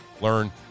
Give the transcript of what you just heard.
learn